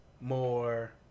more